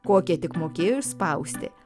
kokią tik mokėjo išspausti